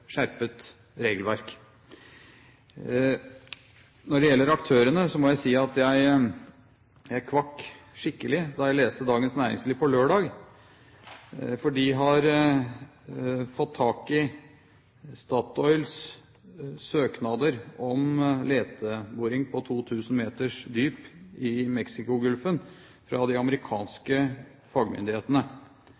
skjerpet regelverk. Når det gjelder aktørene, må jeg si at jeg kvakk skikkelig da jeg leste Dagens Næringsliv på lørdag, for de har fått tak i Statoils søknader om leteboring på 2 000 meters dyp i Mexicogolfen fra de